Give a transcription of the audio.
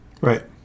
Right